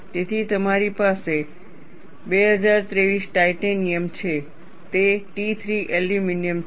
તેથી તમારી પાસે 2023 ટાઇટેનિયમ છે તે T3 એલ્યુમિનિયમ છે